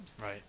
Right